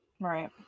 right